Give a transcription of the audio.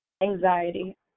Anxiety